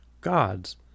gods